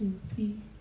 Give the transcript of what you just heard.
see